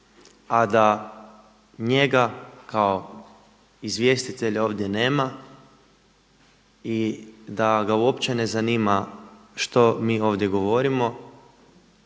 a da njega kao izvjestitelja ovdje nema i da ga uopće ne zanima što mi ovdje govorimo